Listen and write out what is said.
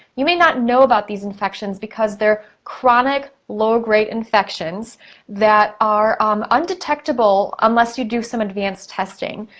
you may not know about these infections because they're chronic low grade infections that are um undetectable unless you do some advanced testing.